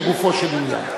לגופו של עניין.